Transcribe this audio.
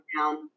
down